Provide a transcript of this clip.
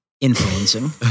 influencing